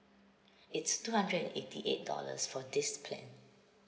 it's two hundred and eighty eight dollars for this plan